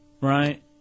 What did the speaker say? Right